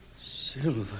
Silver